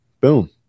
Boom